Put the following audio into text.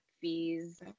fees